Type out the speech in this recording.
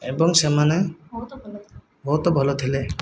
ଏବଂ ସେମାନେ ବହୁତ ଭଲ ଥିଲେ